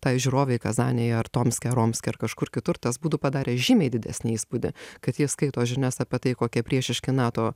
tai žiūrovei kazanėje ar tomske ar omske ar kažkur kitur tas būtų padaręs žymiai didesnį įspūdį kad ji skaito žinias apie tai kokie priešiški nato